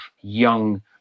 young